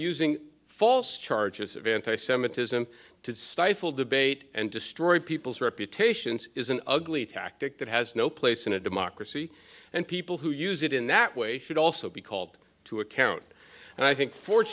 using false charges of anti semitism to stifle debate and destroy people's reputations is an ugly tactic that has no place in a democracy and people who use it in that way should also be called to account and i think for